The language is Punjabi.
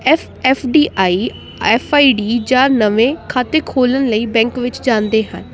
F F D I F I D ਜਾਂ ਨਵੇਂ ਖਾਤੇ ਖੋਲ੍ਹਣ ਲਈ ਬੈਂਕ ਵਿੱਚ ਜਾਂਦੇ ਹਨ